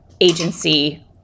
agency